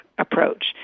approach